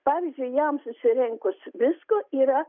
pavyzdžiui jam susirenkus visko yra